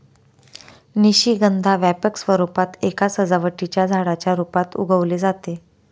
निशिगंधा व्यापक स्वरूपात एका सजावटीच्या झाडाच्या रूपात उगवले जाते